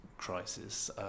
Crisis